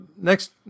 Next